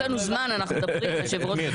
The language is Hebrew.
את מי, את אופיר?